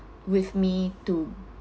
with me too